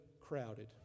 Crowded